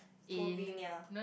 Slovenia